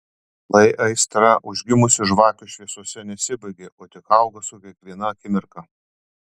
lai aistra užgimusi žvakių šviesose nesibaigia o tik auga su kiekviena akimirka